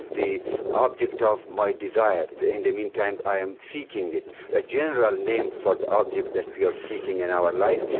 the object of my desire in the and meantime i am seeking it a general name for the object that we are seeking in our life.